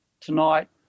tonight